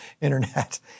internet